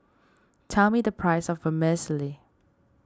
tell me the price of Vermicelli